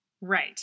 Right